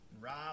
Rob